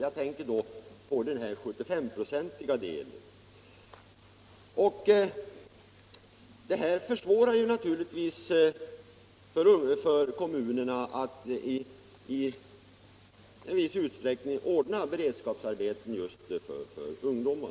De beviljade avdragen för resor mellan bostad och arbetsplats underlättar för många att bo kvar i mera glest befolkade bygder utanför själva tätorterna. Detta har i sin tur bidragit till att servicen i dessa bygder har kunnat upprätthållas.